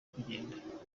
kugenda